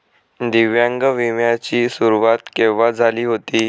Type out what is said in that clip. दिव्यांग विम्या ची सुरुवात केव्हा झाली होती?